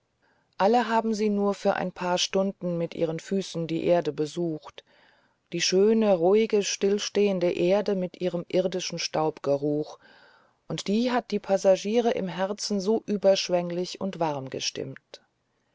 alle haben sie nur für ein paar stunden mit ihren füßen die erde besucht die schöne ruhige stillstehende erde mit ihrem irdischen staubgeruch und die hat die passagiere im herzen so überschwenglich und warm gestimmt